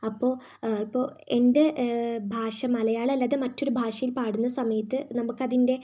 അപ്പോൾ ഇപ്പോൾ എൻ്റെ ഭാഷ മലയാളം അല്ലാതെ മറ്റൊരു ഭാഷയിൽ പാടുന്ന സമയത്ത് നമുക്കതിൻ്റെ